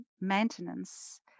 maintenance